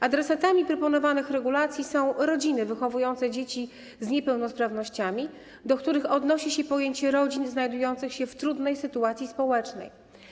Adresatami proponowanych regulacji są rodziny wychowujące dzieci z niepełnosprawnościami, do których odnosi się pojęcie rodzin znajdujących się w trudnej sytuacji społecznej.